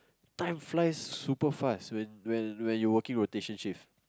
time flies super fast when when when you working rotation shift